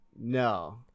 No